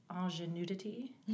Ingenuity